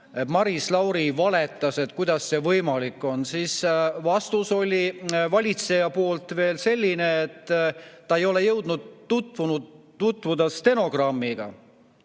Maris Lauri valetas ja kuidas see võimalik on. Siis oli vastus valitseja poolt selline, et ta ei ole jõudnud stenogrammiga